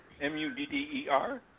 M-U-D-D-E-R